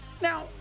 Now